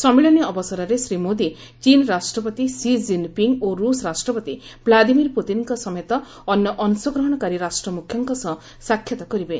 ସମ୍ମିଳନୀ ଅବସରରେ ଶ୍ରୀ ମୋଦି ଚୀନ୍ ରାଷ୍ଟ୍ରପତି ସି ଜିନ୍ପିଙ୍ଗ୍ ଓ ରୁଷ ରାଷ୍ଟ୍ରପତି ଭ୍ଲାଦିମିର୍ ପୁତିନ୍ଙ୍କ ସମେତ ଅନ୍ୟ ଅଂଶଗ୍ରହଣକାରୀ ରାଷ୍ଟ୍ର ମୁଖ୍ୟଙ୍କ ସହ ସାକ୍ଷାତ କରିବେ